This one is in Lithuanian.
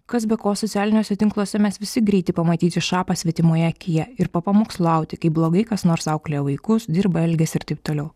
kas be ko socialiniuose tinkluose mes visi greiti pamatyti šapą svetimoje akyje ir papamokslauti kaip blogai kas nors auklėja vaikus dirba elgiasi ir taip toliau